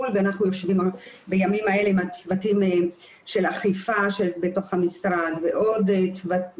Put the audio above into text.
לארץ ואנחנו יושבים בימים אלה עם הצוותים של האכיפה במשרד ועוד צוותים,